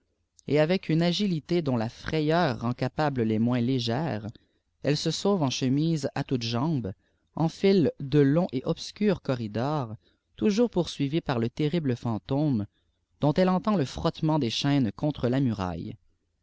et avec une agiuté dont la frayeur rend capables les moins légères elle se sauve en chemise k toutes jambes j enfile de longs et obscurs corridors toujours poursuivie par le terrible fantôme dont elle entend le frottement des chaînes contre là muraille